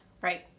Right